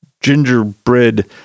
gingerbread